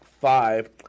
five